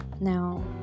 Now